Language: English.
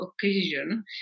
occasion